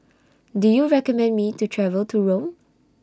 Do YOU recommend Me to travel to Rome